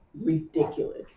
ridiculous